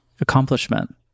accomplishment